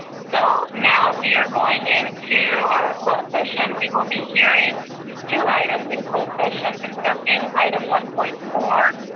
so now we are going into our closed session. we will be hearing two items in closed session, discussing item one point four,